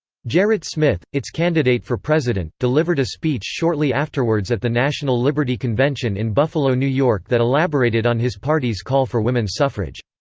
gerrit smith, its candidate for president, delivered a speech shortly afterwards at the national liberty convention in buffalo, new york that elaborated on his party's call for women's suffrage.